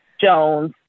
jones